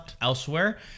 elsewhere